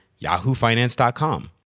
yahoofinance.com